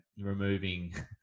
removing